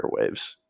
airwaves